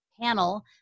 panel